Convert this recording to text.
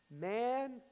man